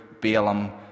Balaam